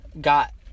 got